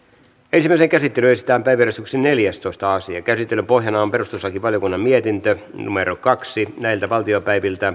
ensimmäiseen käsittelyyn esitellään päiväjärjestyksen neljästoista asia käsittelyn pohjana on perustuslakivaliokunnan mietintö kaksi